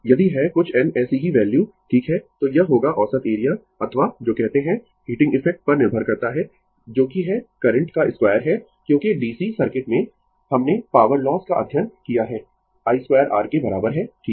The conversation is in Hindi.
यदि है कुछ n ऐसी ही वैल्यू ठीक है तो यह होगा औसत एरिया अथवा जो कहते है हीटिंग इफेक्ट पर निर्भर करता है जोकि है करंट का 2 है क्योंकि DC सर्किट में हमने पॉवर लॉस का अध्ययन किया है i 2 r के बराबर है ठीक है